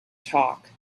talk